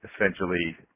essentially